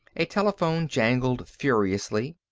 a telephone jangled furiously.